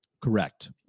Correct